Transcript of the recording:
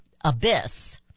abyss